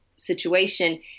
situation